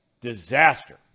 disaster